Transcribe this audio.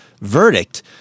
verdict